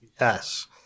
Yes